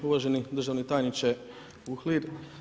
Uvaženi državni tajniče Uhlir.